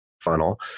funnel